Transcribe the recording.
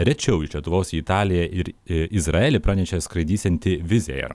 rečiau iš lietuvos į italiją ir į izraelį pranešė skraidysianti wizzair